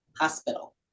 Hospital